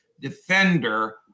defender